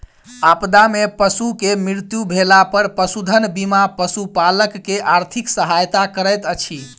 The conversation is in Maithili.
आपदा में पशु के मृत्यु भेला पर पशुधन बीमा पशुपालक के आर्थिक सहायता करैत अछि